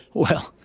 well,